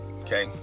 Okay